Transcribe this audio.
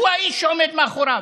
הוא האיש שעומד מאחוריו,